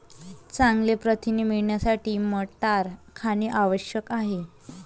चांगले प्रथिने मिळवण्यासाठी मटार खाणे आवश्यक आहे